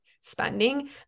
spending